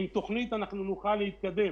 עם תוכנית אנחנו נוכל להתקדם.